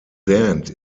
band